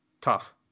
tough